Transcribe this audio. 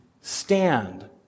stand